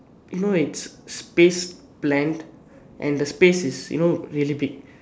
you know it is space blank and the space is you know really big